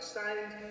signed